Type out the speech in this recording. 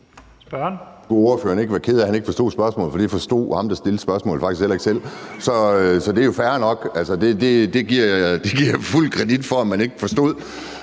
Ordføreren skal ikke være ked af, at han ikke forstod spørgsmålet, for det forstod ham, der stillede spørgsmålet, faktisk heller ikke selv. Så det er jo fair nok. Altså, det giver jeg fuld kredit for at man ikke forstod.